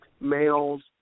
males